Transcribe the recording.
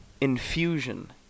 Infusion